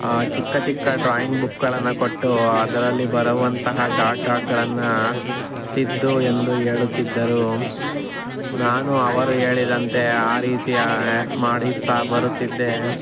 ಚಿಕ್ಕ ಚಿಕ್ಕ ಡ್ರಾಯಿಂಗ್ ಬುಕ್ಗಳನ್ನು ಕೊಟ್ಟು ಅದರಲ್ಲಿ ಬರುವಂತಹ ಡಾಟ್ ಡಾಟ್ಗಳನ್ನು ತಿದ್ದು ಎಂದು ಹೇಳುತ್ತಿದ್ದರು ನಾನು ಅವರು ಹೇಳಿದಂತೆ ಆ ರೀತಿಯ ಮಾಡುತ್ತಾ ಬರುತ್ತಿದ್ದೆ